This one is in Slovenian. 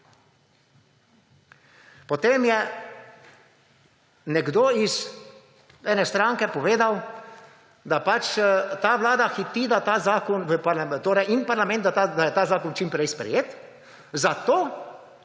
Potem je nekdo iz ene stranke povedal, da pač ta Vlada hiti, da ta zakon in parlament, da